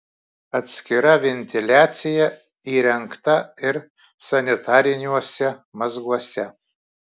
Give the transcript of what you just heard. atskira ventiliacija įrengta ir sanitariniuose mazguose